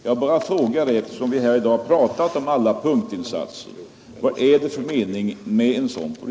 Jag bara frågar det, eftersom vi har talat om alla punktinsatserna här i dag.